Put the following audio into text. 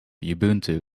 ubuntu